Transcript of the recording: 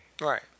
Right